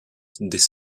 des